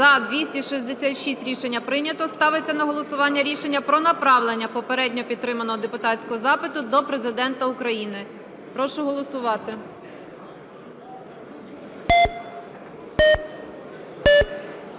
За-266 Рішення прийнято. Ставиться на голосування рішення про направлення попередньо підтриманого депутатського запиту до Президента України. Прошу голосувати.